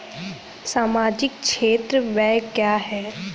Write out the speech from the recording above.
सामाजिक क्षेत्र व्यय क्या है?